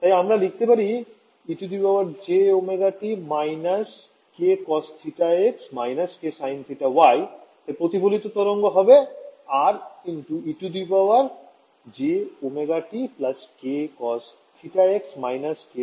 তাই আমরা লিখতে পারি ejωt−k cos θx−k sin θy তাই প্রতিফলিত তরঙ্গ হবে Rejωtk cos θx−k sin θy